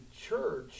church